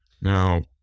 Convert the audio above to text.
Now